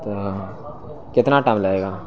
اوہ کتنا ٹائم لگے گا